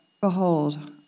Behold